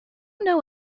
know